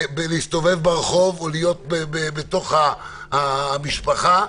להסתובב ברחוב או להיות בתוך המשפחה.